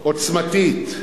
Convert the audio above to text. עוצמתית,